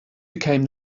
became